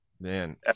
Man